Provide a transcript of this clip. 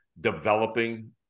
developing